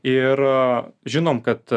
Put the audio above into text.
ir žinom kad